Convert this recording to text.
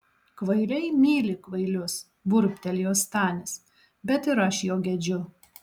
kvailiai myli kvailius burbtelėjo stanis bet ir aš jo gedžiu